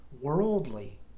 worldly